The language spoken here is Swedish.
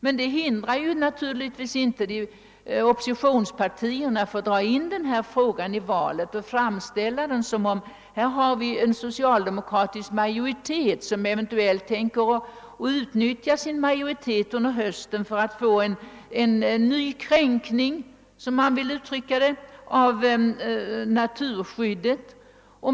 Men det hindrade naturligtvis inte oppositionspartierna att dra in den här frågan i valrörelsen och framställa saken så: här finns en socialdemokratisk majoritet som eventuellt tänker utnyttja sin majoritetsställning under hösten för att åstadkomma en ny kränkning, som man uttrycker sig, av naturskyddet.